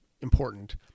important